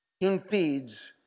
impedes